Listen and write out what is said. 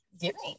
giving